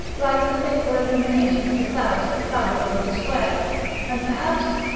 like the fitful illumination of the clouds that travelled over the square and perhaps,